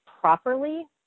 properly